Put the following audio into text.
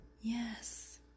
Yes